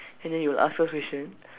and then he will ask us question